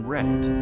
Reddit